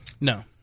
No